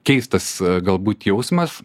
keistas galbūt jausmas